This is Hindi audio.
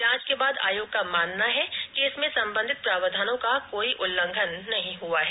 जांच के बाद आयोग का मानना है कि इसमें सम्बन्धित प्रावधानों का कोई उल्लंघन नहीं हआ है